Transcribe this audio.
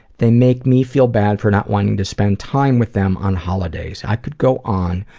they make me feel bad for not wanting to spend time with them on holidays. i could go on,